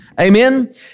Amen